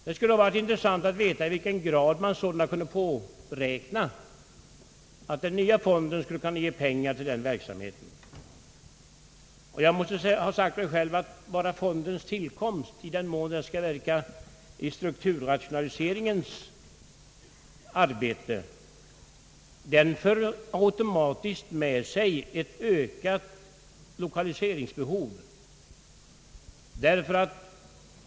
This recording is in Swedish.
Det skulle ha varit intressant att veta i vilken grad man sålunda kunde påräkna att den nya fonden skulle ge pengar till den verksamheten, och jag har sagt mig själv att fondens tillkomst — i den mån fonden skall verka för strukturrationalisering automatiskt för med sig ett ökat lokaliseringsbehov.